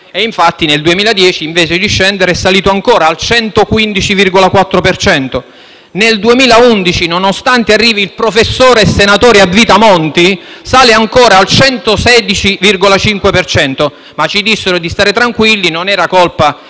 E, infatti, nel 2010, invece di scendere, è salito ancora al 115,4 per cento. Nel 2011, nonostante arrivi il professore e senatore a vita Monti, sale ancora al 116,5 per cento. Ci dissero, però, di stare tranquilli, che non era colpa